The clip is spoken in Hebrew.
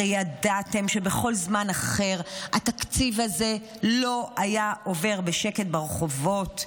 הרי ידעתם שבכל זמן אחר התקציב הזה לא היה עובר בשקט ברחובות,